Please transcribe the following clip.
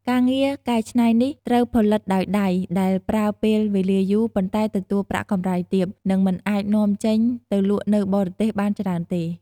ការងារកែច្នៃនេះត្រូវផលិតដោយដៃដែលប្រើពេលវេលាយូរ ប៉ុន្តែទទួលប្រាក់កម្រៃទាប និងមិនអាចនាំចេញទៅលក់នៅបរទេសបានច្រើនទេ។